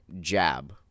jab